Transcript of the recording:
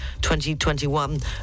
2021